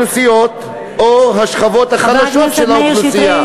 השכבות החלשות של האוכלוסייה,